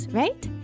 right